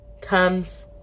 comes